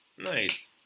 Nice